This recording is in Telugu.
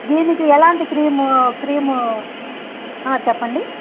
దీనికి ఎలాంటి క్రీము క్రీము చెప్పండి